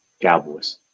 Cowboys